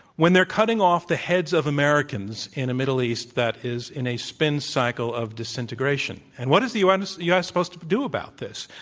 when they're cutting off the heads of americans in a middle east that is in a spin cycle of disintegration. and what is the u. and s. supposed to do about this,